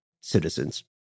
citizens